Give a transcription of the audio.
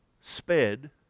sped